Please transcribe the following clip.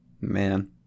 Man